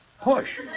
Push